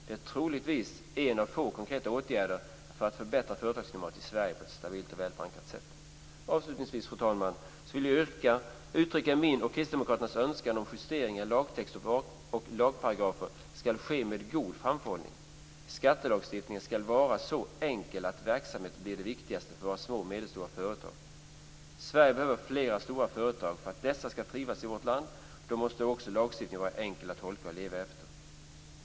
Det är troligtvis en av få konkreta åtgärder för att förbättra företagsklimatet i Sverige på ett stabilt och väl förankrat sätt. Avslutningsvis, fru talman, vill jag uttrycka min och Kristdemokraternas önskan om att justeringar i lagtext och lagparagrafer skall ske med god framförhållning. Skattelagstiftningen skall vara så enkel att verksamhet blir det viktigaste för våra små och medelstora företag. Sverige behöver flera stora företag. För att dessa skall trivas i vårt land måste lagstiftningen vara enkel att tolka och leva efter.